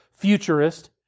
Futurist